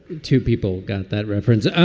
two people got that reference